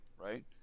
Right